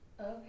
Okay